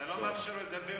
אתה לא מאפשר לו לדבר,